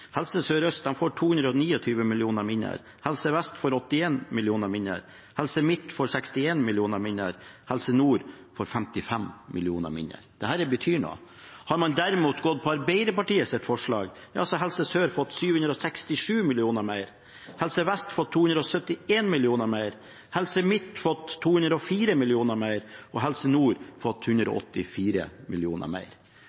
Helse Sør-Øst får 229 mill. kr mindre, Helse Vest får 81 mill. kr mindre, Helse Midt-Norge får 61 mill. kr mindre, Helse Nord får 55 mill. kr mindre. Dette betyr noe. Hadde man derimot gått for Arbeiderpartiets forslag, hadde Helse Sør-Øst fått 767 mill. kr mer, Helse Vest hadde fått 271 mill. kr mer, Helse Midt-Norge hadde fått 204 mill. kr mer og Helse Nord hadde fått